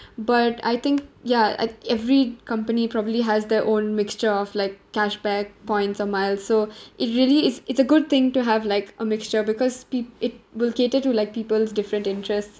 but I think ya e~ every company probably has their own mixture of like cashback points or miles so it really it's it's a good thing to have like a mixture because peo~ it will cater to like people's different interests